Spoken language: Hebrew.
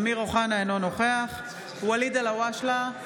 אמיר אוחנה, אינו נוכח ואליד אלהואשלה,